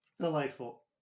delightful